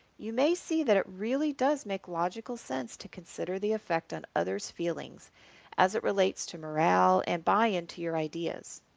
you may see that it really does make logical sense to consider the effect on others' feelings as it relates to morale and buy-in to your ideas.